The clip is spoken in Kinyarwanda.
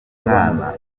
umwana